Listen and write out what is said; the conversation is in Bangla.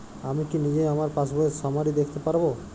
আমি কি নিজেই আমার পাসবইয়ের সামারি দেখতে পারব?